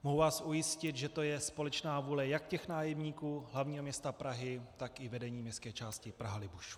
Mohu vás ujistit, že to je společná vůle jak těch nájemníků hl. města Prahy, tak i vedení městské části Praha Libuš.